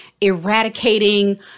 eradicating